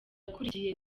akurikiye